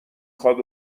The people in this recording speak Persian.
خواد